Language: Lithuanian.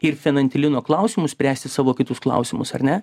ir fenantilino klausimu spręsti savo kitus klausimus ar ne